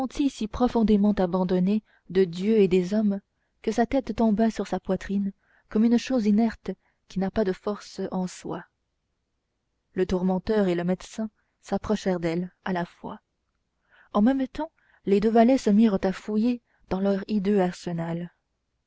si profondément abandonnée de dieu et des hommes que sa tête tomba sur sa poitrine comme une chose inerte qui n'a pas de force en soi le tourmenteur et le médecin s'approchèrent d'elle à la fois en même temps les deux valets se mirent à fouiller dans leur hideux arsenal